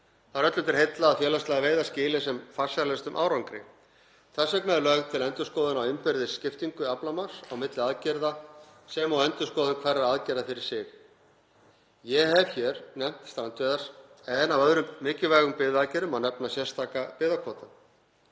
Það er öllum til heilla að félagslegar veiðar skili sem farsælustum árangri. Þess vegna er lögð til endurskoðun á innbyrðis skiptingu aflamarks á milli aðgerða sem og endurskoðun hverrar aðgerðar fyrir sig. Ég hef hér nefnt strandveiðar en af öðrum mikilvægum byggðaaðgerðum má nefna sérstaka byggðakvóta.